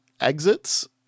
exits